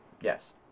yes